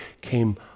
came